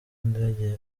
indege